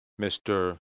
Mr